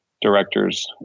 directors